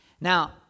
Now